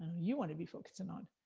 you wanna be focusing on.